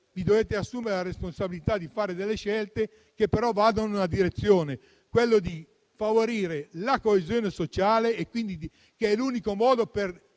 vi dovete assumere la responsabilità di fare delle scelte, che però vadano nella direzione di favorire la coesione sociale, che è l'unico modo per